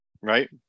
right